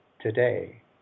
today